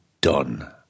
done